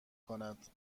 کند